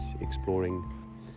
exploring